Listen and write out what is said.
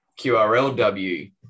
qrlw